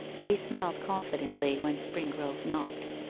he smiled confidently when springrove knocked.